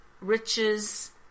riches